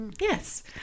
Yes